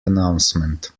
announcement